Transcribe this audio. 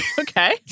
Okay